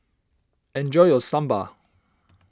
enjoy your Sambar